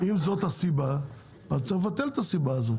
אם זו הסיבה אז צריך לבטל את זה.